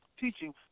teaching